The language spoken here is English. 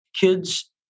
kids